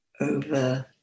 over